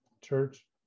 church